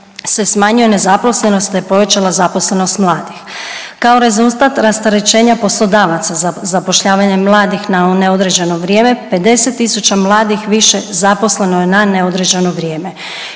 se smanjuje nezaposlenost, te povećava zaposlenost mladih. Kao rezultat rasterećenja poslodavaca za zapošljavanje mladih na neodređeno vrijeme 50000 mladih više zaposleno je na neodređeno vrijeme